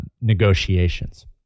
negotiations